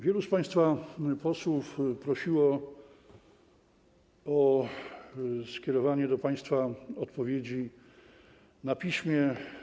Wielu z państwa posłów prosiło o skierowanie do państwa odpowiedzi na piśmie.